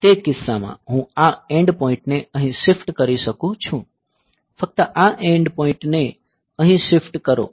તે કિસ્સામાં હું આ એન્ડ પોઈન્ટ ને અહીં શિફ્ટ કરી શકું છું ફક્ત આ એન્ડ પોઈન્ટને અહીં શિફ્ટ કરો